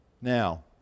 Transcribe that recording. Now